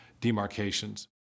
demarcations